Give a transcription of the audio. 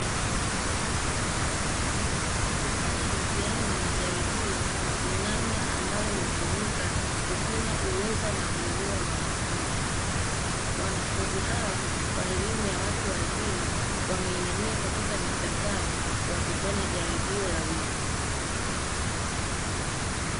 Kufanya mitihani na majaribio ni namna ambayo hutumika kupima ueza na uelewa wa wanafunzi. Wanafunzi hawa wa elimu ya watu wazima wameinamia katika meza zao wakifanya jaribio la wiki.